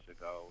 ago